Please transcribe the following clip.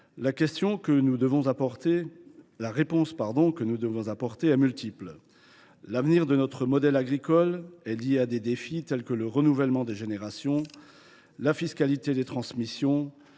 aux problèmes de l’agriculture est multiple. L’avenir de notre modèle agricole est lié à des défis tels que le renouvellement des générations, la fiscalité des transmissions,